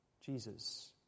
Jesus